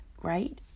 Right